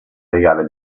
legale